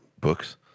books